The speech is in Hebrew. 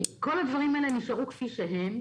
כל הדברים האלה נשארו כפי שהם,